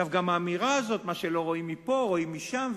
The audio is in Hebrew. גם האמירה הזאת: מה שלא רואים מפה רואים משם,